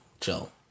chill